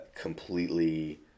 completely